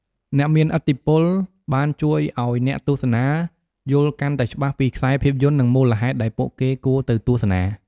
អ្នកមានឥទ្ធិពលបានជួយឱ្យអ្នកទស្សនារយល់កាន់តែច្បាស់ពីខ្សែភាពយន្ត និងមូលហេតុដែលពួកគេគួរទៅទស្សនា។